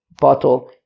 bottle